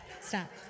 Stop